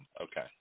Okay